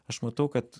aš matau kad